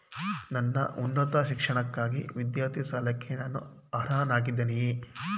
ನನ್ನ ಉನ್ನತ ಶಿಕ್ಷಣಕ್ಕಾಗಿ ವಿದ್ಯಾರ್ಥಿ ಸಾಲಕ್ಕೆ ನಾನು ಅರ್ಹನಾಗಿದ್ದೇನೆಯೇ?